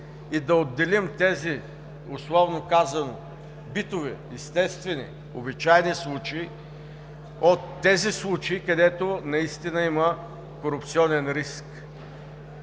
и да отделим тези, условно казано, битови, естествени, обичайни случаи от тези случаи, където наистина има корупционен риск,